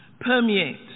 permeate